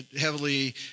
heavily